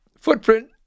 footprint